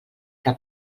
que